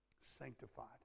sanctified